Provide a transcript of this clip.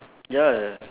ya